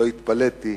לא התפלאתי.